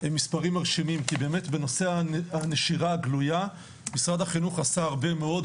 מספרים מרשימים כי באמת בנושא הנשירה הגלויה משרד החינוך עשה הרבה מאוד,